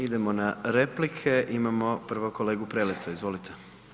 Idemo na replike, imamo prvo kolegu Preleca, izvolite.